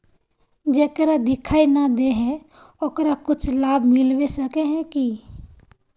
जेकरा दिखाय नय दे है ओकरा कुछ लाभ मिलबे सके है की?